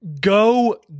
go